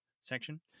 section